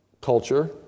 culture